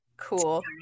cool